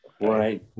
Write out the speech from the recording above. Right